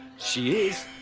she is